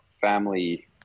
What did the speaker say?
family